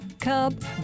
cub